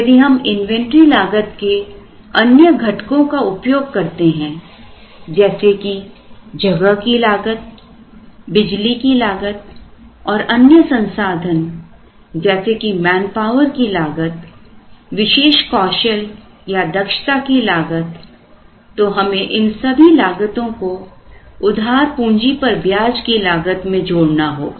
यदि हम इन्वेंटरी लागत के अन्य घटकों का उपयोग करते हैं जैसे कि जगह की लागत बिजली की लागत और अन्य संसाधन जैसे कि मैनपावर की लागत विशेष कौशल या दक्षता की लागत तो हमें इन सभी लागतों को उधार पूंजी पर ब्याज की लागत में जोड़ना होगा